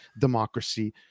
democracy